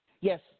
Yes